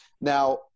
now